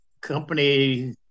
company